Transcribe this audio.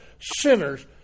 sinners